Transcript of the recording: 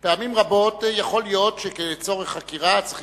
פעמים רבות יכול להיות שכצורך חקירה צריך